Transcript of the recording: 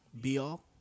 be-all